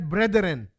Brethren